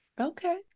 Okay